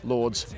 Lords